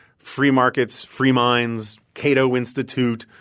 free markets, free minds, cato institute,